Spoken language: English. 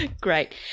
Great